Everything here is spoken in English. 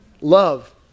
Love